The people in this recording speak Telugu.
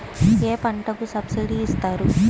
ఏ పంటకు సబ్సిడీ ఇస్తారు?